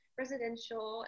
residential